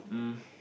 um